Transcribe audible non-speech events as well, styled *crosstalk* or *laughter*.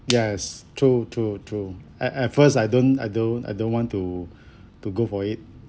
yes true true true I at first I don't I don't I don't want to *breath* to go for it